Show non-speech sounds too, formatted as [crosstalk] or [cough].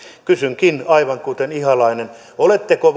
kysynkin aivan kuten ihalainen oletteko [unintelligible]